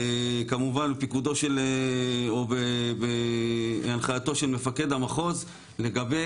כמובן בפיקודו או בהנחייתו של מפקד המחוז לגבי